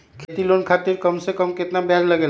खेती लोन खातीर कम से कम कतेक ब्याज लगेला?